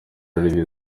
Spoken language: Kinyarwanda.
olivier